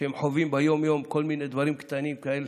שהם חווים ביום-יום, כל מיני דברים קטנים כאלה,